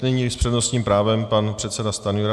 Nyní s přednostním právem pan předseda Stanjura.